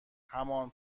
همان